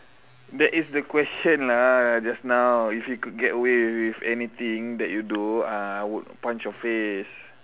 that is the question lah just now if you could get away with anything that you do ah I would punch your face